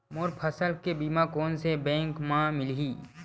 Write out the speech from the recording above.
मोर फसल के बीमा कोन से बैंक म मिलही?